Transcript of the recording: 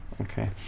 Okay